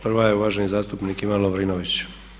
Prva je uvaženi zastupnik Ivan Lovrinović.